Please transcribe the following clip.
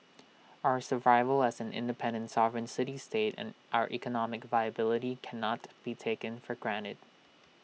our survival as an independent sovereign city state and our economic viability cannot be taken for granted